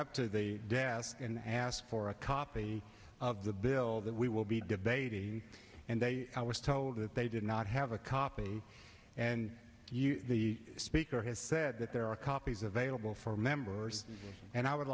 up to the desk and asked for a copy of the bill that we will be debating and they i was told that they did not have a copy and the speaker has said that there are copies available for members and i would